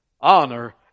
honor